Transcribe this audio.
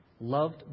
loved